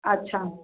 अच्छा